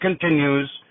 continues